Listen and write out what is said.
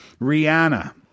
Rihanna